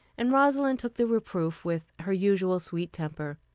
and rosalind took the reproof with her usual sweet temper.